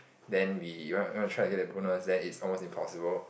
then we wanna tryna earn the bonus is almost impossible